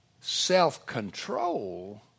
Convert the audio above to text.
self-control